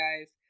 guys